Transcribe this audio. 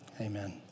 amen